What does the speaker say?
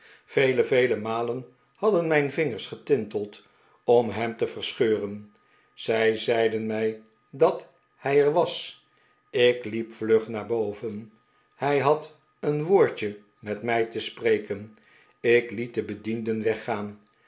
vele vele malen hadden mijn vingers getinteld om hem te verscheuren zij zeiden mij dat hij er was ik hep vlug naar boven hij had een woordje met mij te spreken ik liet de bedienden weggaan